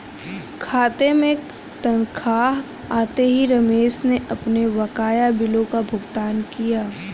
खाते में तनख्वाह आते ही रमेश ने अपने बकाया बिलों का भुगतान किया